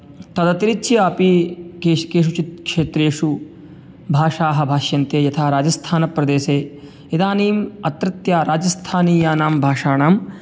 तदतिरिच्य अपि केषु केषुचित् क्षेत्रेषु भाषाः भाष्यन्ते यथा राजस्थानप्रदेशे इदानीम् अत्रत्य राजस्थानीयानां भाषाणां